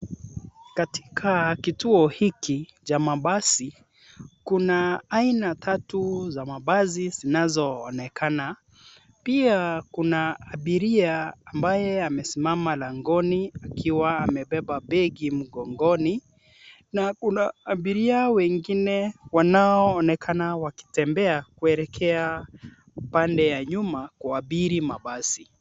Katika kituo hiki cha mabasi, kuna aina tatu za mabasi zinazoonekana. Pia, kuna abiria ambaye amesimama langoni akiwa amebeba begi mgongoni na kuna abiria wengine wanaoonekana wakitembea kuelekea upande ya nyuma kuabiri mabasi.